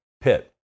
Pitt